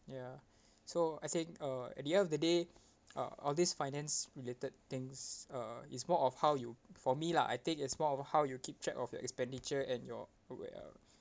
ya so I think uh at the end of the day uh all these finance related things uh is more of how you for me lah I think it's more of how you keep track of your expenditure and you're aware